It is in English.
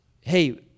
hey